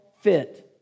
fit